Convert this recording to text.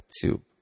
tube